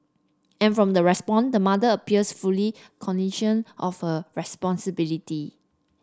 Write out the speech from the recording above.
and from the the mother appears fully of her responsibility